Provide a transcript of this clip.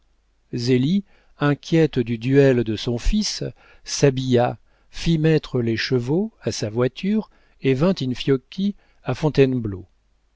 zélie inquiète du duel de son fils s'habilla fit mettre les chevaux à sa voiture et vint in fiocchi à fontainebleau